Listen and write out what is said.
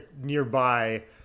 nearby